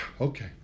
Okay